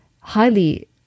highly